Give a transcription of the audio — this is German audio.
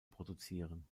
produzieren